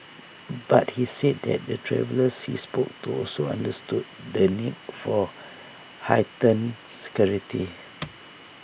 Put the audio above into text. but he said that the travellers he spoke to also understood the need for heightened security